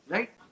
Right